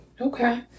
Okay